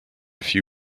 few